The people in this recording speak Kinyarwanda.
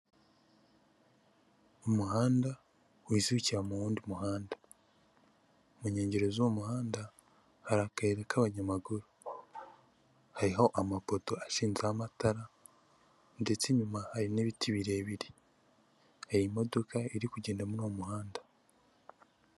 Umuhanda wisukira mu wundi muhanda mu nkengero z'uwo mu muhanda hari akayira k'abanyamaguru, hariho amapoto ashinzeho amatara ndetse inyuma hari n'ibiti birebire hari imodoka iri kugenda muri uwo muhanda.